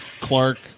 Clark